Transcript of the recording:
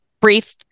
brief